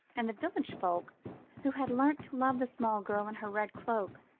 and the village folk who had learnt to love the small girl in her red cloak,